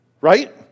Right